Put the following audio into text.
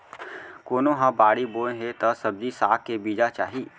कोनो ह बाड़ी बोए हे त सब्जी साग के बीजा चाही